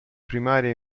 primaria